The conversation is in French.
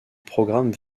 programme